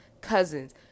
cousins